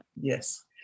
Yes